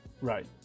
Right